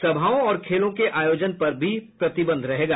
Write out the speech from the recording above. सभाओं और खेलों के आयोजन पर भी प्रतिबंध रहेगा